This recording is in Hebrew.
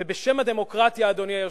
בשם הדמוקרטיה, אדוני היושב-ראש,